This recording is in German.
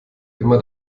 immer